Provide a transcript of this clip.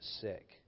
sick